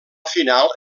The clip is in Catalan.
final